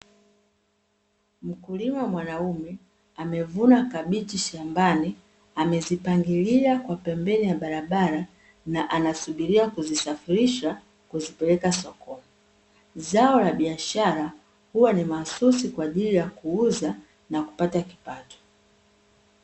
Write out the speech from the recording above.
Mkulima mwanaume amevuna kabichi shambani aemezipangilia kwa embeni ya barabara, na anasubiria kuzisafirisha kuzipeleka sokoni. Zao la biashara huwa ni mahususi kwa ajili ya kuuza na kupata kipato.